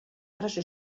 preso